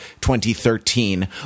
2013